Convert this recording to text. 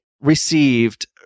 received